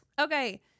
Okay